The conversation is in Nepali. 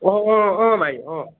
अँ अँ अँ भाइ अँ